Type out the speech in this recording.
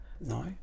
No